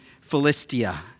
Philistia